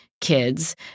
kids